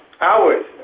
hours